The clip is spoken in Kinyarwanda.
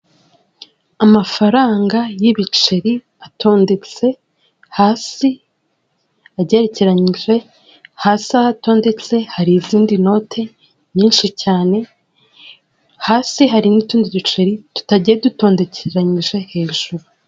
Amafaranga y'ibiceri atondetse hasi agerekeranyije, hasi aho atondetse hari izindi noti nyinshi cyane, hasi hari n'utundi duceri tutagiye dutondekeranyije hejuru.